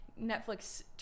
Netflix